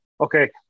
Okay